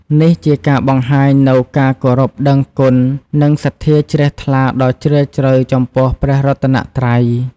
នេះជាការបង្ហាញនូវការគោរពដឹងគុណ និងសទ្ធាជ្រះថ្លាដ៏ជ្រាលជ្រៅចំពោះព្រះរតនត្រ័យ។